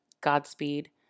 Godspeed